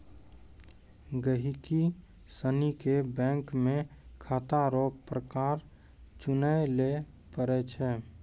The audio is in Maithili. गहिकी सनी के बैंक मे खाता रो प्रकार चुनय लै पड़ै छै